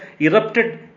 erupted